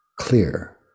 clear